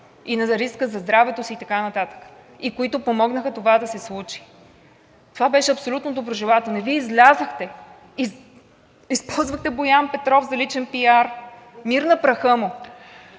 си, на риска за здравето си и така нататък и помогнаха това да се случи. Това беше абсолютно доброжелателно и Вие излязохте и използвахте Боян Петров за личен пиар. Мир на праха му!